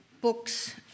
books